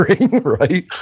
Right